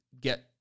get